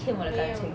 骗我的感情